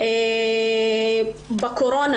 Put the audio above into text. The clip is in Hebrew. בקורונה